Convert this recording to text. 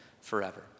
forever